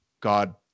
God